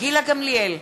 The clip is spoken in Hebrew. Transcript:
גילה גמליאל,